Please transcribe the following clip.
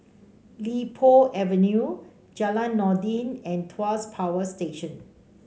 Li Po Avenue Jalan Noordin and Tuas Power Station